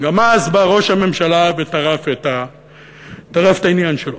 גם אז בא ראש הממשלה וטרף את העניין שלו.